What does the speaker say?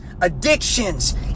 addictions